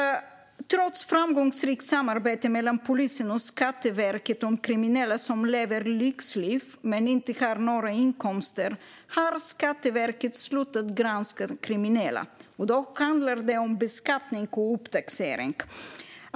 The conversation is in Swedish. Trots framgångsrikt samarbete mellan polisen och Skatteverket om kriminella som lever lyxliv men inte har några inkomster har Skatteverket slutat granska kriminella. Då handlar det om beskattning och upptaxering.